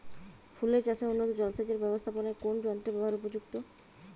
ফুলের চাষে উন্নত জলসেচ এর ব্যাবস্থাপনায় কোন যন্ত্রের ব্যবহার উপযুক্ত?